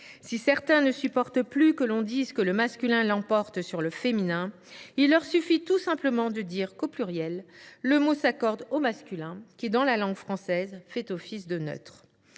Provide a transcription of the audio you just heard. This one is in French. Si certains ne supportent pas d’entendre que le masculin l’emporte sur le féminin, il leur suffit d’énoncer qu’au pluriel le mot s’accorde au masculin, lequel, dans la langue française, fait office de neutre.